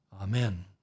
Amen